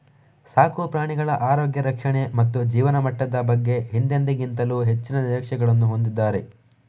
ಸಾಕು ಪ್ರಾಣಿಗಳ ಆರೋಗ್ಯ ರಕ್ಷಣೆ ಮತ್ತು ಜೀವನಮಟ್ಟದ ಬಗ್ಗೆ ಹಿಂದೆಂದಿಗಿಂತಲೂ ಹೆಚ್ಚಿನ ನಿರೀಕ್ಷೆಗಳನ್ನು ಹೊಂದಿದ್ದಾರೆ